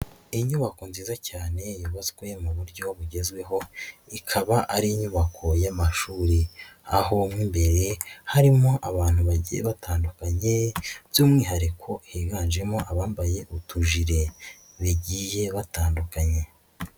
Inyubako nziza cyane yubatswe mu buryo bugezweho, ikaba ari inyubako y'amashuri, aho mo imbere harimo abantu bagiye batandukanye by'umwihariko higanjemo abambaye utujurire bagiye batandukanye.